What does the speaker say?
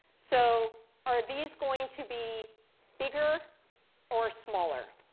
so are these going to be bigger or smaller?